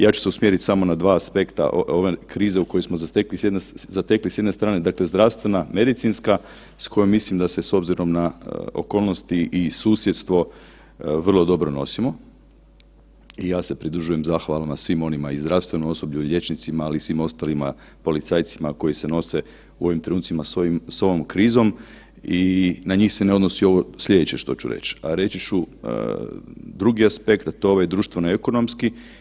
Ja ću se usmjerit samo na dva aspekta ove krize u kojoj smo se zatekli, s jedne strane dakle zdravstvena, medicinska s kojom mislim da se s obzirom na okolnosti i susjedstvo vrlo dobro nosimo i ja se pridružujem zahvalama svim onima i zdravstvenom osoblju i liječnicima, ali i svim ostalima policajcima, koji se nose u ovim trenutcima s ovom krizom i na njih se ne odnosi slijedeće što ću reći, a reći ću drugi aspekt, a to je ovaj društveno-ekonomski.